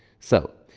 so,